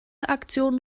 aktion